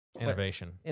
Innovation